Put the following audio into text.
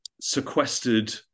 sequestered